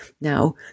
now